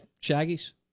Shaggy's